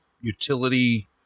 utility